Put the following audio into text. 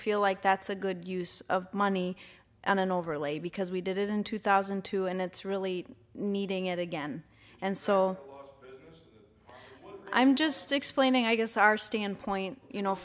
feel like that's a good use of money on an overlay because we did it in two thousand and two and it's really needing it again and so i'm just explaining i guess our standpoint you know